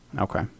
Okay